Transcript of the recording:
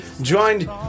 joined